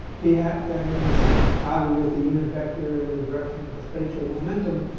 p hat there means dotted with the unit vector in the direction of the spatial momentum,